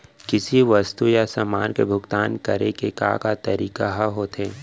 किसी वस्तु या समान के भुगतान करे के का का तरीका ह होथे?